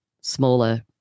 smaller